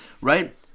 right